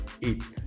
eat